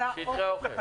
את אומן.